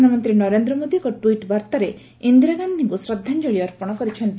ପ୍ରଧାନମନ୍ତ୍ରୀ ନରେନ୍ଦ୍ର ମୋଦି ଏକ ଟ୍ୱିଟ୍ ବାର୍ତ୍ତାରେ ଇନ୍ଦିରା ଗାନ୍ଧୀଙ୍କୁ ଶ୍ରଦ୍ଧାଞ୍ଜଳି ଅର୍ପଣ କରିଛନ୍ତି